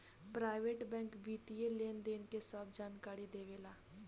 private bank वित्तीय लेनदेन के सभ जानकारी देवे ला